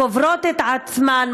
קוברות את עצמן,